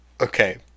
Okay